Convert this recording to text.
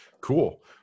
Cool